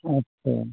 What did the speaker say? اچھا